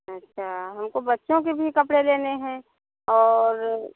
अच्छा हमको बच्चों के भी कपड़े लेने हैं और